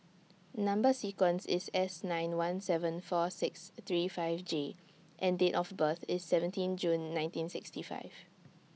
Number sequence IS S nine one seven four six three five J and Date of birth IS seventeen June nineteen sixty five